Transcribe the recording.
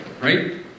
Right